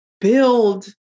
build